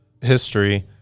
history